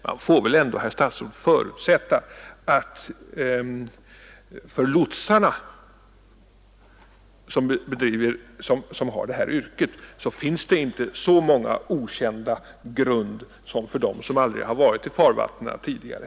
Man får väl ändå, herr statsråd, förutsätta att för lotsarna, som har det här yrket, finns det inte så många okända grund som för dem som aldrig har varit i farvattnen tidigare.